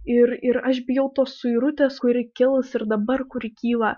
ir ir aš bijau tos suirutės kuri kils ir dabar kur kyla